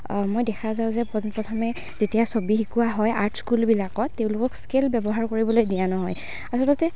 মই দেখা যাওঁ যে পোনপ্ৰথমে যেতিয়া ছবি শিকোঁৱা হয় আৰ্ট স্কুলবিলাকত তেওঁলোকক স্কেল ব্যৱহাৰ কৰিবলৈ দিয়া নহয় আচলতে